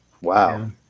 Wow